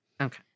Okay